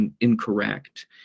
incorrect